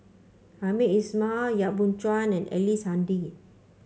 Hamed Ismail Yap Boon Chuan and Ellice Handy